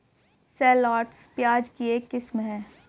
shallots, प्याज की एक किस्म है